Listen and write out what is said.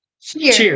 Cheers